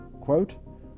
quote